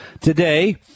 Today